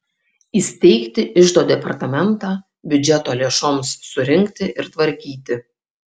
įsteigti iždo departamentą biudžeto lėšoms surinkti ir tvarkyti